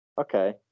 Okay